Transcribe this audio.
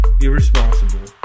irresponsible